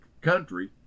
country